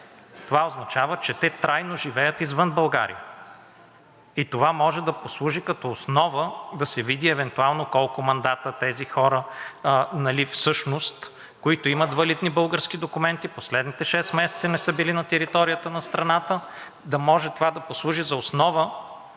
Това означава, че те трайно живеят извън България и това може да послужи като основа да се види евентуално колко мандата тези хора, които всъщност имат валидни български документи, в последните 6 месеца не са били на територията на страната, да може това да послужи за основа